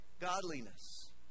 godliness